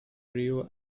rio